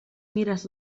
mires